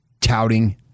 touting